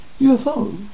UFO